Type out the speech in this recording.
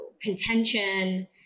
contention